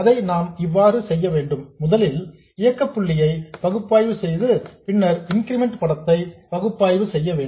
அதை நாம் இவ்வாறு செய்ய வேண்டும் முதலில் இயக்க புள்ளியை பகுப்பாய்வு செய்து பின்னர் இன்கிரிமெண்ட் படத்தை பகுப்பாய்வு செய்ய வேண்டும்